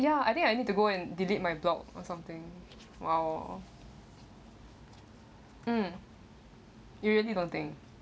ya I think I need to go and delete my blog or something while um you really don't think